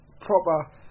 Proper